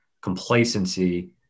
complacency